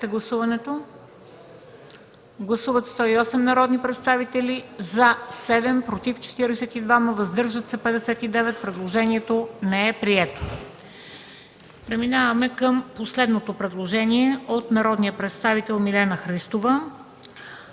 Предложението не е прието.